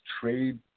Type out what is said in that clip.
Trade